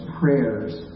prayers